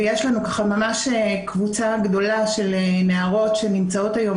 ויש לנו ככה ממש קבוצה גדולה של נערות שנמצאות היום